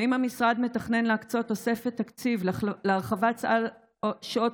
האם המשרד מתכנן להקצות תוספת תקציב להרחבת סל שעות